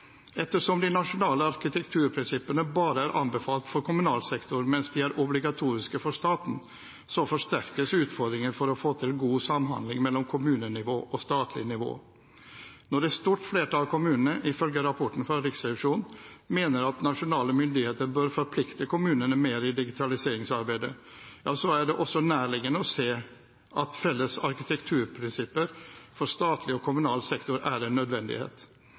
Ettersom de nasjonale arkitekturprinsippene bare er anbefalt for kommunal sektor, mens de er obligatoriske for staten, forsterkes utfordringen for å få til en god samhandling mellom kommunenivå og statlig nivå. Når et stort flertall av kommunene, ifølge rapporten fra Riksrevisjonen, mener at nasjonale myndigheter bør forplikte kommunene mer i digitaliseringsarbeidet, er det også nærliggende å se at felles arkitekturprinsipper for statlig og kommunal sektor er en nødvendighet.